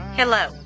hello